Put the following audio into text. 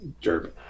German